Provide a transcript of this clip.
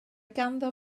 ganddo